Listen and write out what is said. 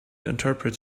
interpret